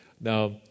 Now